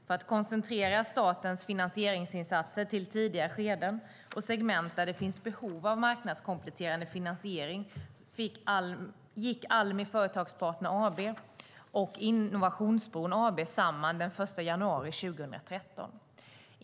För att koncentrera statens finansieringsinsatser till tidiga skeden och segment där det finns behov av marknadskompletterande finansiering gick Almi Företagspartner AB och Innovationsbron AB samman den 1 januari 2013.